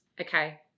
okay